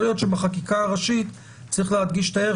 יכול להיות שבחקיקה הראשית צריך להדגיש את הערך